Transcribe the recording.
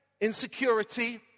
insecurity